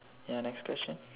ya next question